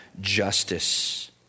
justice